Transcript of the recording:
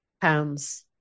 pounds